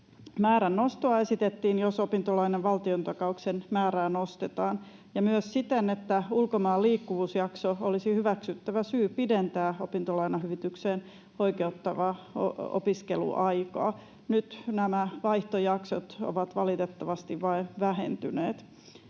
määrän nostoa esitettiin, jos opintolainan valtiontakauksen määrää nostetaan, ja myös siten, että ulkomaan liikkuvuusjakso olisi hyväksyttävä syy pidentää opintolainahyvitykseen oikeuttavaa opiskeluaikaa. Nyt nämä vaihtojaksot ovat valitettavasti vain vähentyneet.